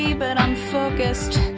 yeah but i'm focused.